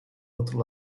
outro